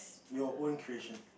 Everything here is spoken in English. your own creation